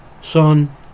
Son